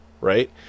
right